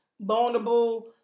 vulnerable